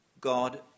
God